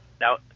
Now